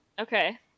Okay